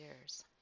years